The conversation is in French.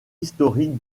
historique